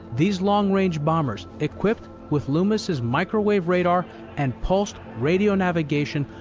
these long-range bombers, equipped with loomis's microwave radar and pulsed radio navigation,